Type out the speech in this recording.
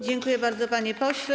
Dziękuję bardzo, panie pośle.